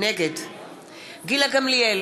נגד גילה גמליאל,